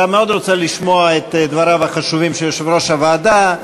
אתה מאוד רוצה לשמוע את דבריו החשובים של יושב-ראש הוועדה.